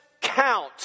count